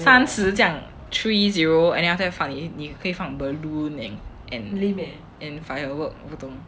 三十这样 three zero and after that funny 你会放 balloon and and and firework 不懂